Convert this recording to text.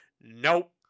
nope